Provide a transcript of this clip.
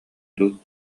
дуу